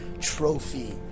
trophy